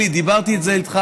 אלי, דיברתי על זה איתך.